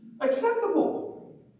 Acceptable